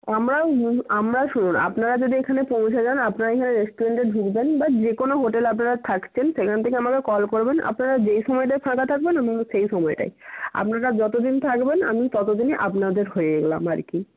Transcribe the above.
আমরা আমরা শুনুন আপনারা যদি এখানে পৌঁছে যান আপনারা এখানে রেস্টুরেন্টে ঢুকবেন বা যে কোনও হোটেলে আপনারা থাকছেন সেখান থেকে আমাকে কল করবেন আপনারা যেই সময়টায় ফাঁকা থাকবেন আমরা সেই সময়টাই আপনারা যতদিন থাকবেন আমি ততদিনই আপনাদের হয়ে গেলাম আর কি